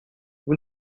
vous